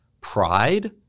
pride